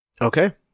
Okay